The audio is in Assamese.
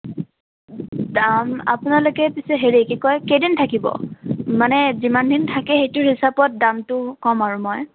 আপোনালোকে পিছে হেৰি কি কয় কেইদিন থাকিব মানে যিমানদিন থাকে সেইটোৰ হিচাপত দামটো ক'ম আৰু মই